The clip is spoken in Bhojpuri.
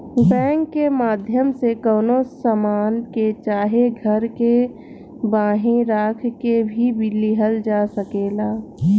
बैंक के माध्यम से कवनो सामान के चाहे घर के बांहे राख के भी लिहल जा सकेला